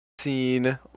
seen